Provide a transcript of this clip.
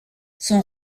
son